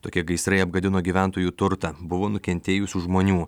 tokie gaisrai apgadino gyventojų turtą buvo nukentėjusių žmonių